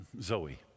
Zoe